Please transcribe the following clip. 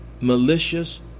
malicious